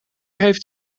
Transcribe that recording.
heeft